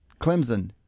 Clemson